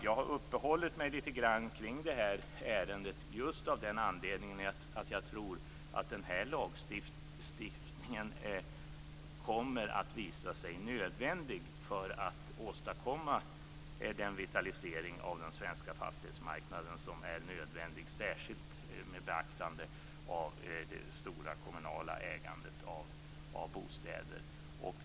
Jag har uppehållit mig lite grann kring detta ärende just av den anledningen att jag tror att den här lagstiftningen kommer att visa sig nödvändig för att åstadkomma den vitalisering av den svenska fastighetsmarknaden som är av största vikt, särskilt med beaktande av det stora kommunala ägandet av bostäder.